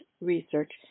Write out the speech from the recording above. research